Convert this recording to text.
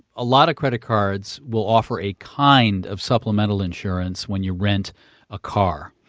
a lot of credit cards will offer a kind of supplemental insurance when you rent a car.